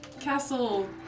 Castle